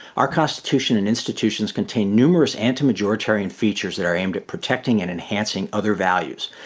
our constitution and institutions contain numerous anti-majoritarian features that are aimed at protecting and enhancing other values.